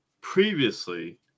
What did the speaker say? previously